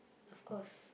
of course